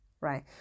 right